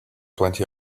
plenty